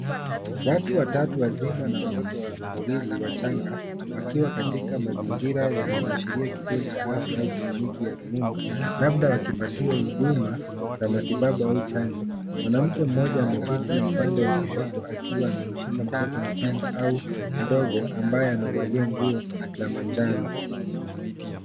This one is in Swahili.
Watu watatu wazima na watoto wawili wachanga wakiwa katika mazingira yanayoashiria kituo cha afya au kliniki ya rununu labda wakipatiwa huduma za matibabu au chanjo. Mwanamke mmoja ameketi upande wa kushoto akiwa amemshika mtoto mchanga au mdogo ambaye amevalia nguo la manjano.